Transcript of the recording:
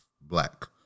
black